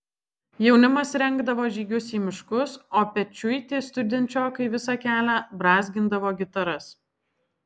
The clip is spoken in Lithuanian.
jaunimas rengdavo žygius į miškus o pečiuiti studenčiokai visą kelią brązgindavo gitaras